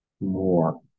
more